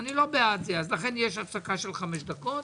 אני לא בעד זה, לכן יש הפסקה של חמש דקות,